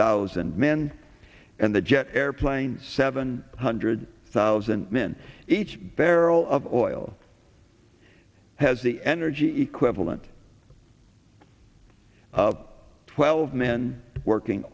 thousand men and the jet airplanes seven hundred thousand men each barrel of oil has the energy equivalent of twelve men working